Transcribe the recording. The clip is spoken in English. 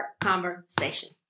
conversation